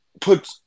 put